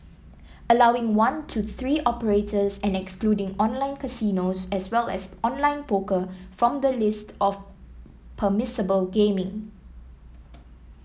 allowing one to three operators and excluding online casinos as well as online poker from the list of permissible gaming